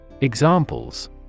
Examples